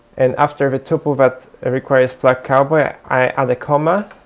and after the tuple that requires plug cowboy, i add a comma,